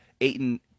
Aiton